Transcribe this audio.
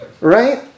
right